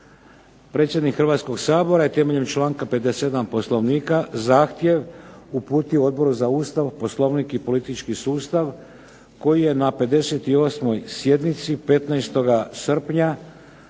Predsjednik Hrvatskog sabora je temeljem članka 57. Poslovnika zahtjev uputio Odboru za Ustav, Poslovnik i politički sustav koji je na 58. sjednici 15. srpnja